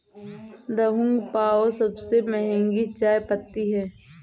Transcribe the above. Da Hong पाओ सबसे महंगी चाय पत्ती है